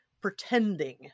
pretending